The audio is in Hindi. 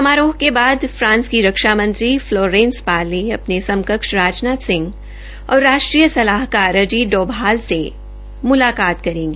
समारोह के बाद फ्रांस की रक्षा मंत्री फलोरेंस पार्ले अपने समकक्ष राजनाथ सिंह और राष्ट्रीय सलाहकार अजीत डोभाल से मुलाकात करेंगी